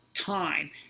time